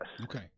Okay